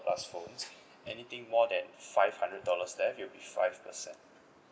plus phones anything more than five hundred dollars there it will be five percent